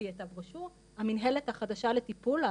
המינהלת החדשה לטיפול,